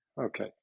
Okay